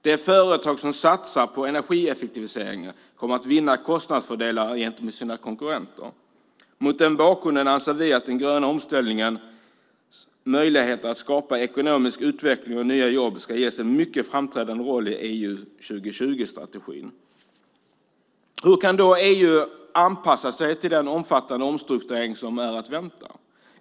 De företag som satsar på energieffektivisering kommer att vinna kostnadsfördelar gentemot sina konkurrenter. Mot den bakgrunden anser vi att den gröna omställningens möjligheter att skapa ekonomisk utveckling och nya jobb ska ges en mycket framträdande roll i EU 2020-strategin. Hur kan då EU anpassa sig till den omfattande omstrukturering som är att vänta?